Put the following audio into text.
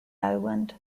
island